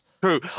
True